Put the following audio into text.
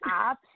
apps